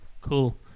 Cool